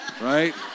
Right